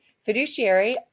fiduciary